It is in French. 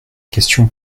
question